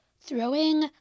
throwing